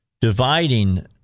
dividing